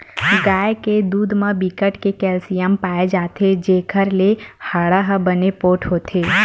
गाय के दूद म बिकट के केल्सियम पाए जाथे जेखर ले हाड़ा ह बने पोठ होथे